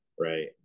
Right